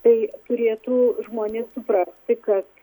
tai turėtų žmonės suprasti kad